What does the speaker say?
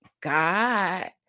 God